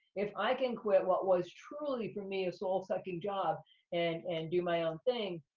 if i can quit what was truly for me a soul-sucking job and and do my own thing,